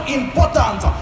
important